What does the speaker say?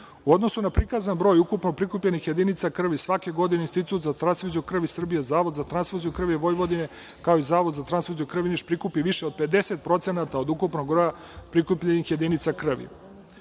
U odnosu na prikazan broj ukupno prikupljenih jedinica krvi, svake godine Institut za transfuziju krvi Srbije, Zavod za transfuziju krvi Vojvodine, kao i Zavod za transfuziju krvi Niš prikupi više od 50% od ukupnog broja prikupljenih jedinca krvi. Novim